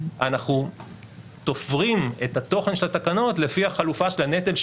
אנחנו תופרים את התוכן של התקנות לפי החלופה של הנטל,